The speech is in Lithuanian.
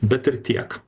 bet ir tiek